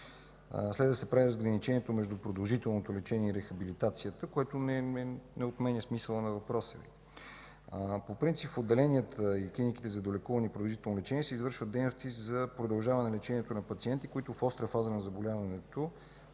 Следва да се прави разграничение между продължителното лечение и рехабилитацията, което не отменя смисъла на въпроса Ви. По принцип в отделенията и клиниките за долекуване и продължително лечение се извършват дейности за продължаване на лечението на пациенти, на които острата фаза на заболяването